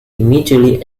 immediately